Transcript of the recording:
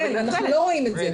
אנחנו לא רואים את זה.